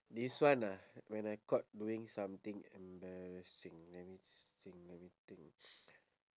this one ah when I caught doing something embarrassing let me think let me think